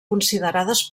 considerades